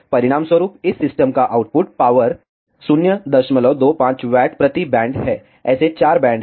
परिणामस्वरूप इस सिस्टम का आउटपुट पावर 025 वाट प्रति बैंड है ऐसे 4 बैंड हैं